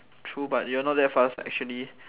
true but you're not that fast lah actually